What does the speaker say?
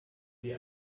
sie